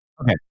Okay